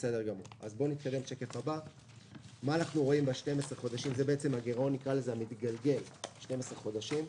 כאן רואים את הגירעון המתגלגל ב-12 חודשים.